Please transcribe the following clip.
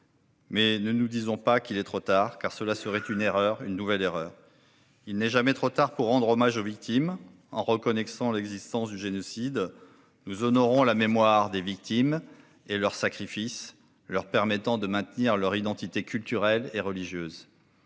mais ne nous disons pas qu'il est trop tard, car ce serait une erreur, une nouvelle erreur. Il n'est jamais trop tard pour rendre hommage aux victimes. En reconnaissant l'existence du génocide, nous honorons leur mémoire et leur sacrifice, leur permettant ainsi de maintenir leur identité culturelle et religieuse.